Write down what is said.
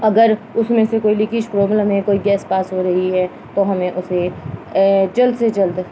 اگر اس میں سے کوئی لیکیج پرابلم ہے کوئی گیس پاس ہو رہی ہے تو ہمیں اسے جلد سے جلد